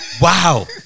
Wow